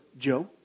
Joe